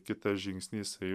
kitą žingsnį jisai